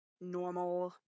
normal